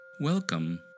Welcome